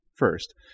first